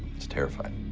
was terrified.